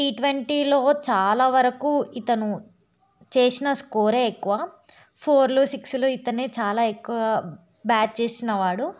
టీట్వంటీలో చాలా వరకు ఇతను చేసిన స్కోర్ ఎక్కువ ఫోర్లు సిక్స్లు ఇతను చాలా ఎక్కువ బ్యాట్ చేసినవాడు